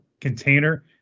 container